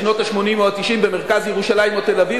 בשנות ה-80 או ה-90 במרכז ירושלים או תל-אביב,